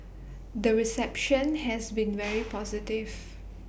the reception has been very positive